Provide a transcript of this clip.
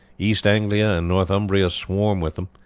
east anglia and northumbria swarm with them.